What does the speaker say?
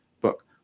book